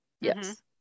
Yes